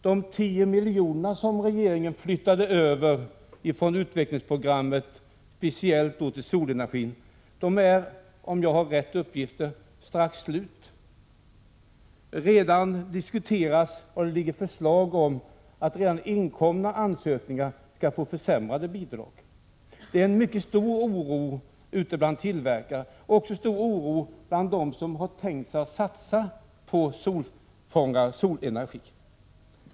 De 10 miljoner som regeringen flyttade över från utvecklingsprogrammet speciellt till satsningar på solenergi är, om jag har rätt uppgifter, strax slut. När det gäller inkomna ansökningar ligger redan förslag om att det skall bli försämrade bidrag. Det är mycket stor oro ute bland tillverkare och också bland dem som har tänkt sig att satsa på solenergi.